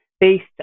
based